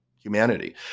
humanity